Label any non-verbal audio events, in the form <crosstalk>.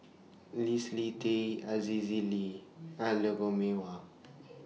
Leslie Tay Aziza Ali and Lou Mee Wah <noise>